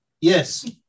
Yes